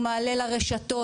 הוא מעלה לרשתות.